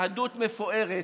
יהדות מפוארת,